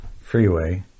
freeway